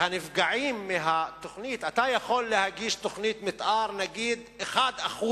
אתה יכול להגיש תוכנית מיתאר, נניח 1%